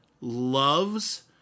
loves